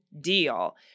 deal